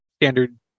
standard